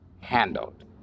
handled